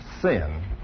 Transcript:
Sin